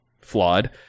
flawed